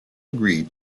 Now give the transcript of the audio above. agree